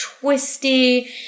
twisty